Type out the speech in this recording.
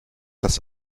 das